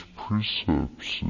precepts